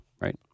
right